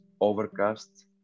Overcast